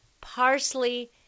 parsley